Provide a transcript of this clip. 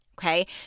okay